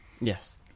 yes